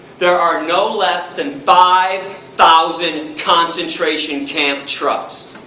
there are no less than five thousand concentration camp trucks.